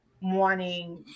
wanting